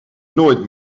nooit